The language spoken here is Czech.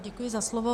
Děkuji za slovo.